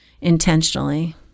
intentionally